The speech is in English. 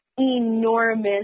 enormous